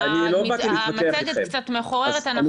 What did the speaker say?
המצגת קצת מחוררת --- חבר'ה,